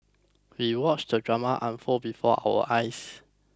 we watched the drama unfold before our eyes